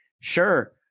Sure